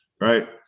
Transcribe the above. Right